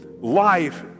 life